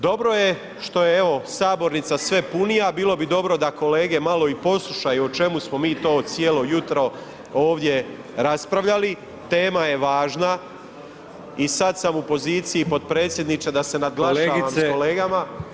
Dobro je što je evo sabornica sve punija, bilo bi dobro da kolege malo i poslušaju o čemu smo mi to cijelo jutro ovdje raspravljali, tema je važna i sad sam u poziciji potpredsjedniče da se nadglašavam [[Upadica: Kolegice]] s kolegama…